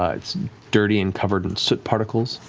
ah it's dirty and covered in soot particles.